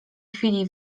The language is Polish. chwili